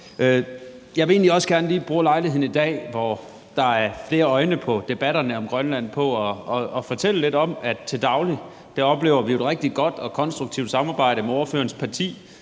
egentlig også gerne lige bruge lejligheden i dag, hvor der er flere øjne på debatten om Grønland, til at fortælle lidt om, at vi til daglig oplever et rigtig godt og konstruktivt samarbejde med ordførerens parti.